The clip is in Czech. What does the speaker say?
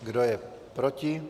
Kdo je proti?